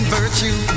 virtue